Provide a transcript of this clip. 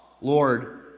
Lord